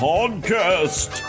Podcast